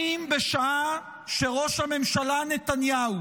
אם בשעה שראש הממשלה נתניהו